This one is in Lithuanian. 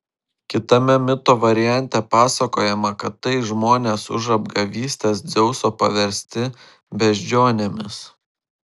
kitame mito variante pasakojama kad tai žmonės už apgavystes dzeuso paversti beždžionėmis